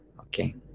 Okay